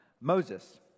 Moses